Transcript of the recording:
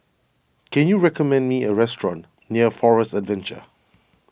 can you recommend me a restaurant near Forest Adventure